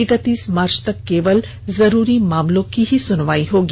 इकतीस मार्च तक केवल जरूरी मामलों की ही सुनवाई होगी